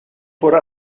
por